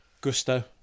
Gusto